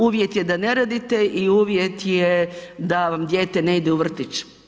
Uvjet je da ne radite i uvjet je da vam dijete ne ide u vrtić.